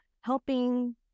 helping